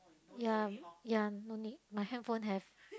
ya ya no need my hand phone have